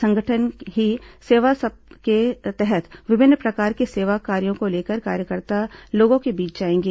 संगठन ही सेवा के तहत विभिन्न प्रकार के सेवा कार्यो को लेकर कार्यकर्ता लोगों के बीच जाएंगे